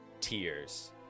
tears